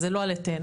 אז זה לא עלה תאנה.